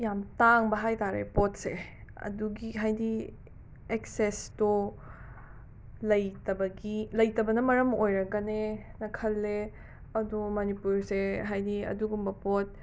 ꯌꯥꯝ ꯇꯥꯡꯕ ꯍꯥꯏꯇꯥꯔꯦ ꯄꯣꯠꯁꯦ ꯑꯗꯨꯒꯤ ꯍꯥꯏꯗꯤ ꯑꯦꯛꯁꯦꯁꯇꯣ ꯂꯩꯇꯕꯒꯤ ꯂꯩꯇꯕꯅ ꯃꯔꯝ ꯑꯣꯏꯔꯝꯒꯅꯦꯅ ꯈꯜꯂꯦ ꯑꯗꯣ ꯃꯅꯤꯄꯨꯔꯁꯦ ꯍꯥꯏꯗꯤ ꯑꯗꯨꯒꯨꯝꯕ ꯄꯣꯠ